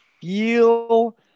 feel